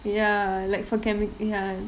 ya like for chem~ ya